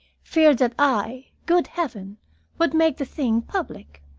feared that i good heaven would make the thing public.